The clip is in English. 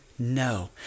No